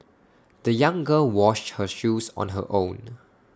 the young girl washed her shoes on her own